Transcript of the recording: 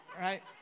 Right